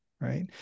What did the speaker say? right